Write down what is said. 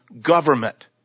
government